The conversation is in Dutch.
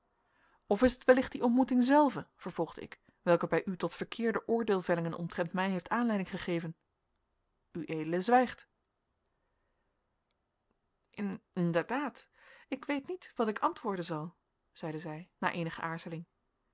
of is het wellicht die ontmoeting zelve vervolgde ik welke bij u tot verkeerde oordeelvellingen omtrent mij heeft aanleiding gegeven ued zwijgt inderdaad ik weet niet wat ik antwoorden zal zeide zij na eenige